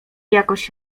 jakoś